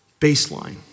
Baseline